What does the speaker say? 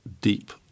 deep